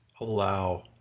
allow